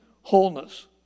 wholeness